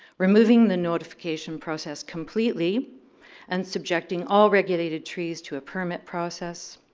removing the notification process completely and subjecting all regulated trees to a permit process.